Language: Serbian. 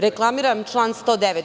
Reklamiram član 109.